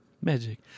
Magic